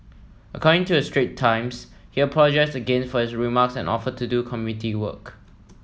according to the Straits Times he apologised again for his remarks and offered to do community work